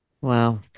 Wow